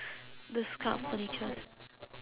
those kind of furnitures